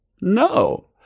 No